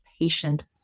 patient